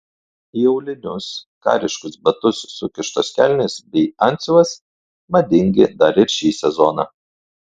į aulinius kariškus batus sukištos kelnės bei antsiuvas madingi dar ir šį sezoną